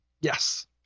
Yes